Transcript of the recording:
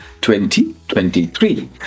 2023